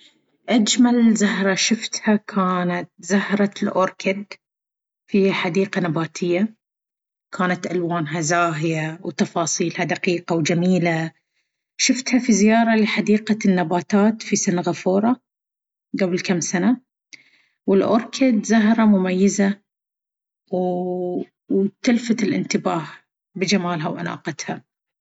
أجمل زهرة شفتها كانت زهرة الأوركيد في حديقة نباتية. كانت ألوانها زاهية وتفاصيلها دقيقة وجميلة. شفتها في زيارة لحديقة النباتات في سنغافورة قبل كم سنة. الأوركيد زهرة مميزة وتلفت الانتباه بجمالها وأناقتها.